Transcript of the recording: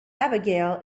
abigail